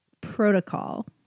protocol